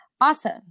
Awesome